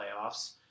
playoffs